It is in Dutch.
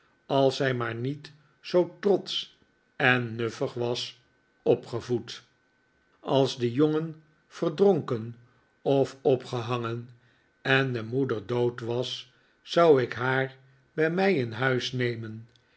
als zij maar niet zoo trotsch en nuffig was opgevoed als die jongen verdronken of opgehangen en de moeder doo'd was zou ik haar bij mij in huis nemen